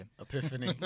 Epiphany